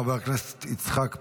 חבר הכנסת יצחק פינדרוס,